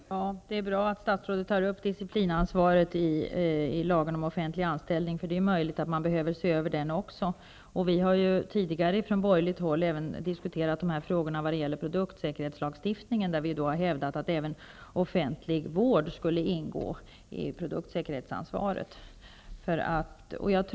Herr talman! Det är bra att statsrådet tar upp diciplinansvaret i lagen om offentlig anställning. Det är möjligt att även den lagen behöver ses över. Vi från borgerligt håll har tidigare diskuterat dessa frågor även i vad gäller produktsäkerhetslagstiftning. Vi har i det sammanhanget hävdat att även offentlig vård borde ingå i produktsäkerhetsansvaret.